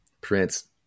Prince